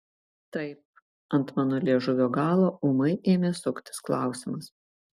taip ant mano liežuvio galo ūmai ėmė suktis klausimas